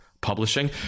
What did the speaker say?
publishing